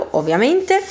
ovviamente